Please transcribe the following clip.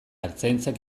ertzaintzak